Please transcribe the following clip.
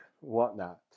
whatnot